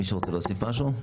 מישהו רוצה להוסיף משהו?